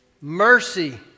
mercy